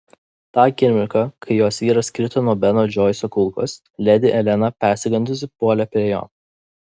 tą akimirką kai jos vyras krito nuo beno džoiso kulkos ledi elena persigandusi puolė prie jo